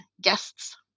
guests